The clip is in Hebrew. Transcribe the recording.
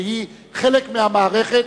שהיא חלק מהמערכת,